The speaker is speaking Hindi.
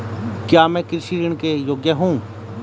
क्या मैं कृषि ऋण के योग्य हूँ?